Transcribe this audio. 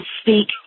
speak